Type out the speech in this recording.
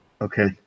Okay